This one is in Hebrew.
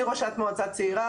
אני ראשת מועצה צעירה,